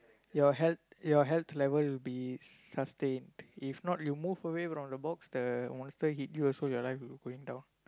your health your health level will be sustained if not you move away from the box the monster hit you also your life will going down